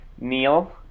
Neil